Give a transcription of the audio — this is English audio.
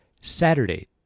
Saturday